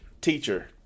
teacher